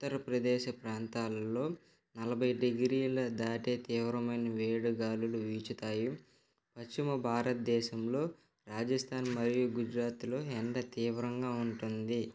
ఉత్తరప్రదేశ్ ప్రాంతాల్లో నలభై డిగ్రీల దాటే తీవ్రమైన వేడి గాలులు వీచుతాయి పశ్చిమ భారతదేశంలో రాజస్థాన్ మరియు గుజరాత్లో ఎండ తీవ్రంగా ఉంటుంది